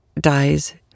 dies